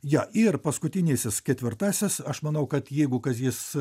jo ir paskutinysis ketvirtasis aš manau kad jeigu kazys